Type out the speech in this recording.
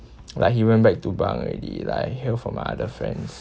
like he went back to bunk already like I hear from other friends